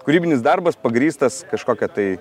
kūrybinis darbas pagrįstas kažkokia tai